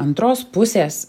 antros pusės